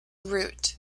root